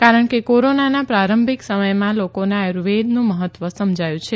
કારણકે કોરોનાનાં પ્રારંભિક સમયમાં લોકોને આયુર્વેદનું મહત્વ સમજાયું છે